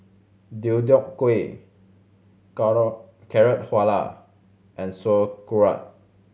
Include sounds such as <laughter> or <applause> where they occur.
Deodeok Gui <unintelligible> Carrot Halwa and Sauerkraut